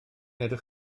edrych